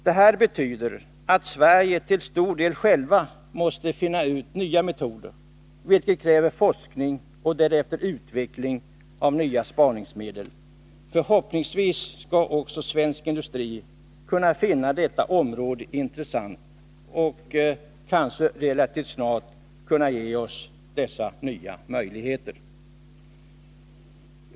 Det här betyder att Sverige till stor del självt måste finna ut nya metoder, vilket kräver forskning och därefter utveckling av nya spaningsmedel. Förhoppningsvis skall också svensk industri kunna finna detta område intressant och kanske relativt snart kunna ge oss dessa nya möjligheter.